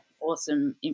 awesome